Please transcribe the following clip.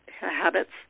habits